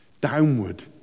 downward